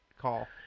call